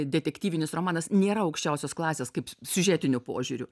detektyvinis romanas nėra aukščiausios klasės kaip siužetiniu požiūriu